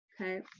okay